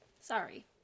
Sorry